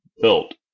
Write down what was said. built